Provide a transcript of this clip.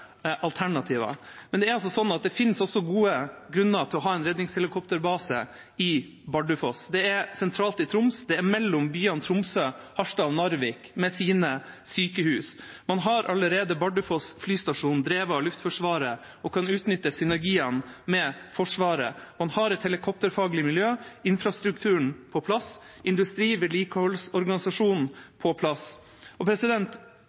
alternativer, men det finnes også gode grunner til å ha en redningshelikopterbase i Bardufoss. Det er sentralt i Troms, det er mellom byene Tromsø, Harstad og Narvik – med sine sykehus. Man har allerede Bardufoss flystasjon, drevet av Luftforsvaret, og kan utnytte synergiene med Forsvaret. Man har et helikopterfaglig miljø, infrastrukturen på plass og industri og vedlikeholdsorganisasjonen